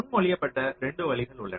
முன்மொழியப்பட்ட 2 வழிகள் உள்ளன